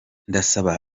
ndasaba